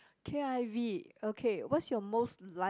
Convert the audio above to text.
k_i_v okay what's your most liked